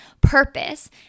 purpose